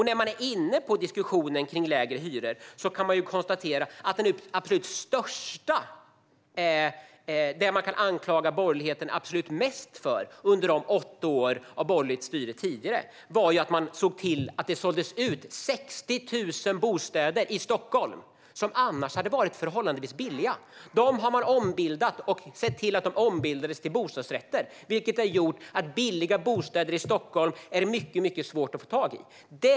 När vi är inne på diskussionen kring lägre hyror kan vi konstatera att det man kan anklaga borgerligheten absolut mest för var att man under de åtta åren av borgerligt styre såg till att 60 000 bostäder som annars hade varit förhållandevis billiga såldes ut i Stockholm. Man såg till att de ombildades till bostadsrätter, vilket har gjort att det är mycket, mycket svårt att få tag i billiga bostäder i Stockholm.